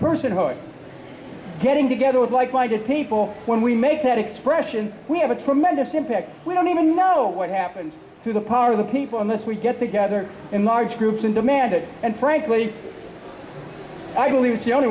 personhood getting together with like minded people when we make that expression we have a tremendous impact we don't even know what happens to the part of the people unless we get together in large groups and demand it and frankly i believe it's the only